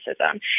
racism